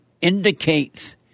indicates